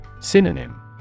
Synonym